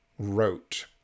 wrote